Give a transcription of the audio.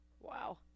Wow